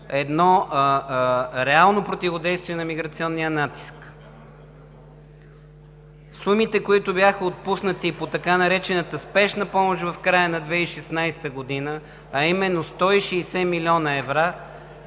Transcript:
едно реално противодействие на миграционния натиск. Сумите, които бяха отпуснати по така наречената Спешна помощ в края на 2016 г., а именно 160 милиона евра,